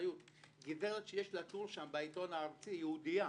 גברת שיש לה טור בעיתון הארצי, יהודייה,